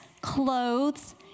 clothes